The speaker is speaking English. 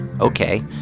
Okay